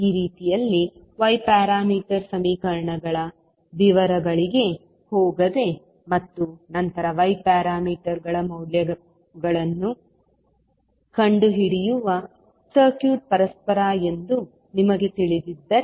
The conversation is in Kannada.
ಈ ರೀತಿಯಲ್ಲಿ y ಪ್ಯಾರಾಮೀಟರ್ ಸಮೀಕರಣಗಳ ವಿವರಗಳಿಗೆ ಹೋಗದೆ ಮತ್ತು ನಂತರ y ಪ್ಯಾರಾಮೀಟರ್ಗಳ ಮೌಲ್ಯವನ್ನು ಕಂಡುಹಿಡಿಯದೆ ಸರ್ಕ್ಯೂಟ್ ಪರಸ್ಪರ ಎಂದು ನಿಮಗೆ ತಿಳಿದಿದ್ದರೆ